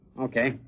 Okay